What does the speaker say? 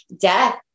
death